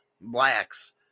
blacks